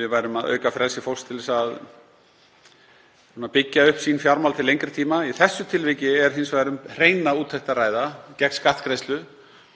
við værum að auka frelsi fólks til þess að byggja upp fjármál sín til lengri tíma. Í þessu tilviki er hins vegar um hreina úttekt að ræða gegn skattgreiðslu.